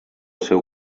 seu